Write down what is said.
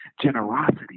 generosity